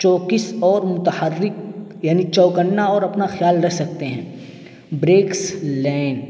چوکس اور متحرک یعنی چوکنا اور اپنا خیال رکھ سکتے ہیں بریکس لین